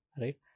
right